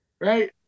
right